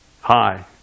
Hi